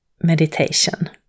meditation